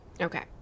Okay